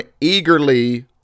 eagerly